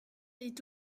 est